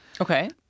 Okay